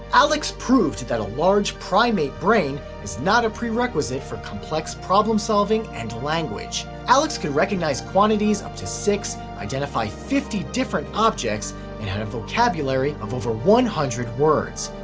alex proved that a large primate brain is not a prerequisite for complex problem solving and language. alex could recognize quantities up to six, identify fifty different objects and had a vocabulary of over one hundred words.